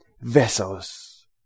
Vessels